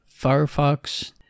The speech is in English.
Firefox